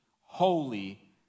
holy